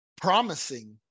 promising